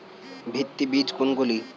ভিত্তি বীজ কোনগুলি?